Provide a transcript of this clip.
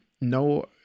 No